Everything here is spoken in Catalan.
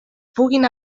puguin